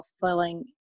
fulfilling